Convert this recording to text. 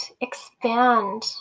expand